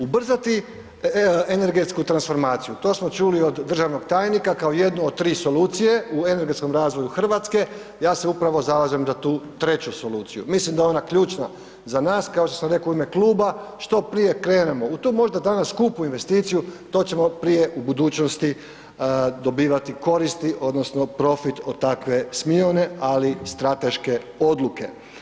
Ubrzati energetsku transformaciju, to smo čuli od državnog tajnika kao jednu od tri solucije u energetskom razvoju RH, ja se upravo zalažem za tu treću soluciju, mislim da je ona ključna za nas, kao što sam rekao u ime kluba, što prije krenemo u tu možda danas skupu investiciju, to ćemo prije u budućnosti dobivati koristi odnosno profit od takve smione, ali strateške odluke.